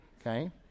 Okay